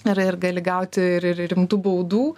ir ir gali gauti ir ir rimtų baudų